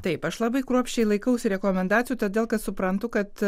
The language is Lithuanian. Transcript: taip aš labai kruopščiai laikausi rekomendacijų todėl kad suprantu kad